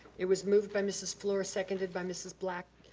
it was moved by mrs. fluor, seconded by mrs. black.